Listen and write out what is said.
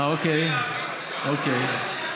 אוקיי, אוקיי.